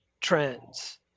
trends